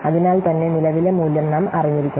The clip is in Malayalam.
അതിനാൽത്തന്നെ നിലവിലെ മൂല്യം നാം അറിഞ്ഞിരിക്കണം